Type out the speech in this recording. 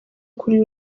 kuri